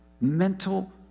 mental